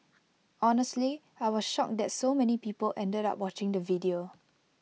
honestly I was shocked that so many people ended up watching the video